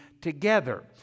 together